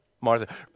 Martha